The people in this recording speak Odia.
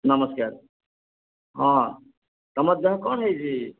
ନମସ୍କାର ହଁ ତୁମର ଦେହ କ'ଣ ହେଇଛି